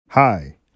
Hi